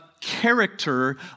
character